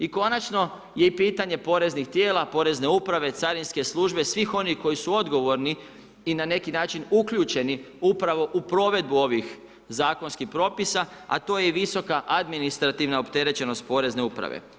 I konačno je i pitanje poreznih tijela, porezne uprave, carinske službe, svih onih koji su odgovorni i na neki način uključeni upravo u provedbu ovih zakonskih propisa a to je i visoka administrativna opterećenost porezne uprave.